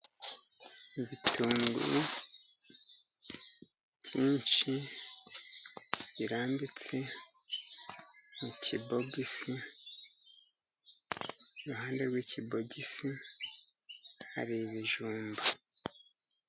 Ibitunguru byinshi birambitse mu kibogisi, iruhande rw'ikibogisi hari ibijumba.